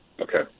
Okay